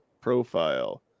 Profile